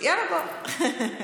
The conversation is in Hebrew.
חמש דקות.